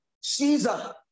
Caesar